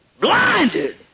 Blinded